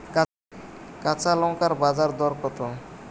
কাঁচা লঙ্কার বাজার দর কত?